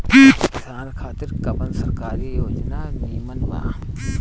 किसान खातिर कवन सरकारी योजना नीमन बा?